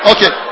Okay